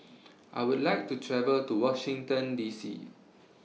I Would like to travel to Washington D C